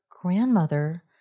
grandmother